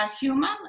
human